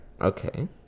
Okay